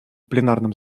пленарном